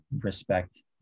respect